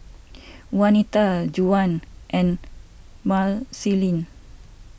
Wanita Juwan and Marceline